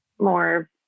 more